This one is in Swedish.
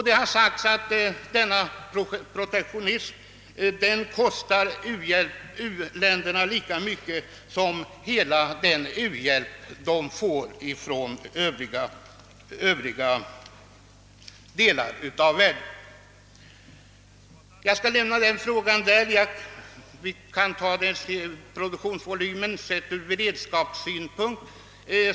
Det har sagts att denna protektionism kostar u-länderna lika mycket som hela den u-hjälp de får från andra länder. Jag skall lämna denna fråga och övergå till att tala om produktionsvolymen sedd ur beredskapssynpunkt.